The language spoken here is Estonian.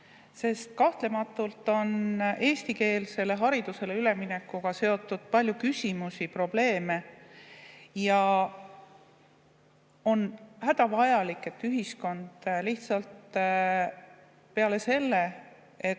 Kahtlematult on eestikeelsele haridusele üleminekuga seotud palju küsimusi ja probleeme. On hädavajalik, et ühiskond peale selle, et